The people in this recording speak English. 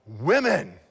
women